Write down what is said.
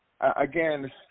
again